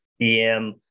DM